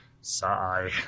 Sigh